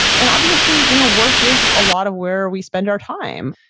and obviously, you know, work is a lot of where we spend our time.